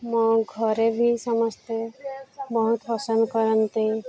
ମୋ ଘରେ ବି ସମସ୍ତେ ବହୁତ ପସନ୍ଦ କରନ୍ତି